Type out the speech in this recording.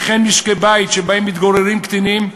וכן משקי בית שבהם מתגוררים קטינים,